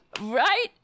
right